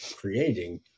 creating